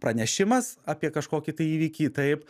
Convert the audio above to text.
pranešimas apie kažkokį tai įvykį taip